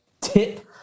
tip